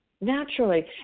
naturally